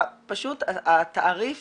פשוט התעריף